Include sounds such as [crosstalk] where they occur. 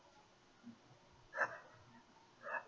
[laughs]